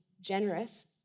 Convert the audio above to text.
generous